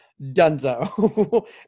donezo